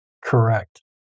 Correct